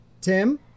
Tim